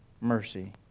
mercy